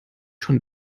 schon